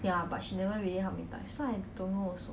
ya but she never really help me so I don't know also